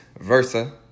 Versa